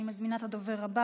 אני מזמינה את הדובר הבא,